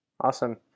Awesome